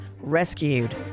Rescued